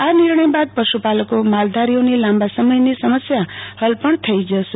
આ નિર્ણય બાદ પશુ પાલકો માલધારીઓની લાંબા સમયની સમસ્યા હલ થશે